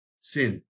Sin